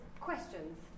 questions